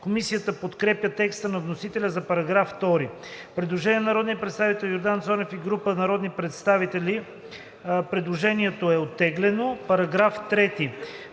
Комисията подкрепя текста на вносителя за §1. По § 2 има предложение на народния представител Йордан Цонев и група народни представители. Предложението е оттеглено също.